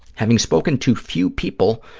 having spoken to few people,